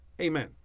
Amen